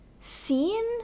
seen